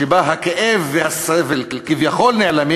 שבאמצעותו הכאב והסבל כביכול נעלמים,